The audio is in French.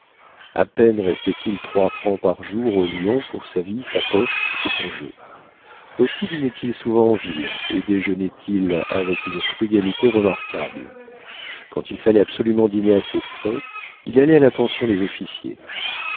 a peine restait-il trois francs par jour au lion pour sa vie sa poche et son jeu aussi dînait il souvent en ville et déjeunait il avec une frugalité remarquable quand il fallait absolument dîner à ses frais il allait à la pension des officiers